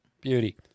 Beauty